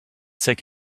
take